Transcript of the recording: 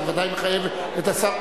זה ודאי מחייב את השר.